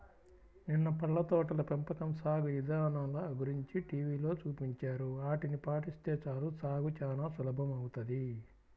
నిన్న పళ్ళ తోటల పెంపకం సాగు ఇదానల గురించి టీవీలో చూపించారు, ఆటిని పాటిస్తే చాలు సాగు చానా సులభమౌతది